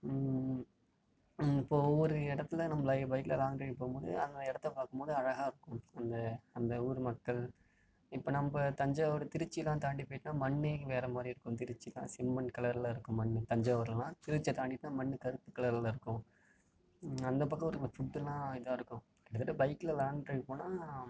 இப்போ ஒவ்வொரு இடத்துல நம்ம பைக்கில் லாங் ட்ரைவ் போம்போது அந்த இடத்த பார்க்கும்போது அழகாகருக்கும் அந்த அந்த ஊர் மக்கள் இப்போ நம்ப தஞ்சாவூர் திருச்சிலாம் தாண்டி போயிட்டுன்னா மண்ணே வேறமாதிரி இருக்கும் திருச்சிலாம் செம்மண் கலரில் இருக்கும் தஞசாவூர்லாம் திருச்சியை தாண்டிட்டுன்னா மண்ணு கருப்பு கலரில் இருக்கும் அந்தப்பக்கம் இருக்க ஃபுட்டெல்லாம் இதாக இருக்கும் கிட்டத்தட்ட பைக்கில் லாங் ட்ரைவ் போனா